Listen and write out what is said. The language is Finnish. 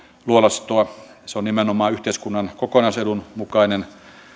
luolastoa se on nimenomaan yhteiskunnan kokonaisedun mukainen